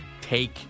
Take